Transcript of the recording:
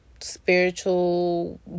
spiritual